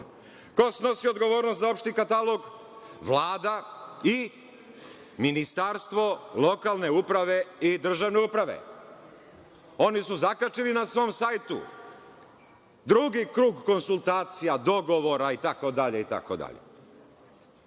Ko snosi odgovornost za opšti katalog? Vlad i Ministarstvo lokalne uprave i državne uprave. Oni su zakačili na svom sajtu, drugi krug konsultacija, dogovora itd,